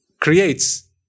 creates